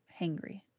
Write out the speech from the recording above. hangry